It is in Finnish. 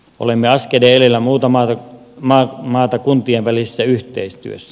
olemme askeleen edellä muuta maata kuntien välisessä yhteistyössä